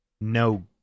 no